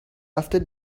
after